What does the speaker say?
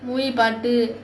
new year party